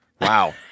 Wow